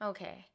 Okay